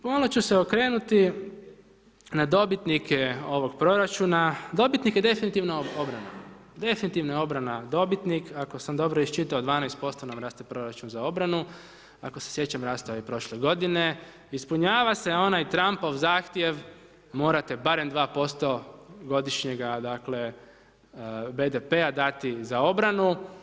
Malo ću se okrenuti na dobitnike ovog proračuna, dobitnik je definitivno obrana, definitivno je obrana dobitnik, ako sam dobro iščitao 12% nam raste proračun za obranu, ako se sjećam rastao je i prošle godine, ispunjava se onaj Trumpov zahtjev morate barem 2% godišnjega dakle BDP-a dati za obranu.